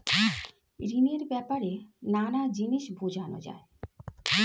ঋণের ব্যাপারে নানা জিনিস বোঝানো যায়